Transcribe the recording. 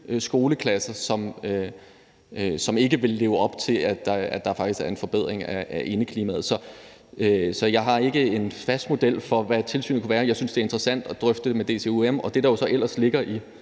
skoleklasser, hvor det ikke vil leve op til, at der faktisk er en forbedring af indeklimaet. Jeg har ikke en fast model for, hvad tilsynet kunne være. Jeg synes, det er interessant at drøfte det med DCUM, og det, som jo ellers ligger i